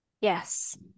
Yes